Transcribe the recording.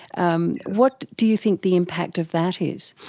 um what do you think the impact of that is?